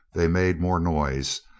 they made more noise.